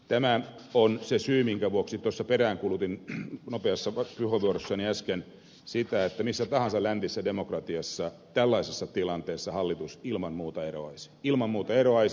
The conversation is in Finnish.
tämä on se syy minkä vuoksi tuossa peräänkuulutin nopeassa puheenvuorossani äsken sitä että missä tahansa läntisessä demokratiassa tällaisessa tilanteessa hallitus ilman muuta eroaisi ilman muuta eroaisi